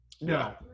No